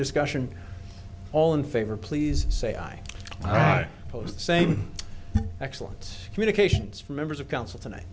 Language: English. discussion all in favor please say i posed the same excellent communications for members of council tonight